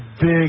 big